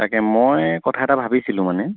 তাকে মই কথা এটা ভাবিছিলোঁ মানে